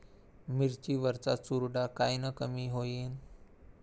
मिरची वरचा चुरडा कायनं कमी होईन?